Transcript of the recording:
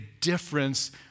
difference